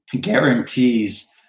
guarantees